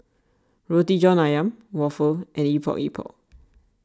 Roti John Ayam Waffle and Epok Epok